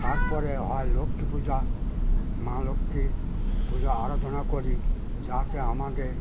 তারপরে হয় লক্ষ্মী পূজা মা লক্ষ্মী পূজো আরাধনা করি যাতে আমাদের